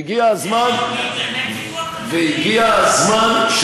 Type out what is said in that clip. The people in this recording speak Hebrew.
והגיע הזמן,